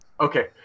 Okay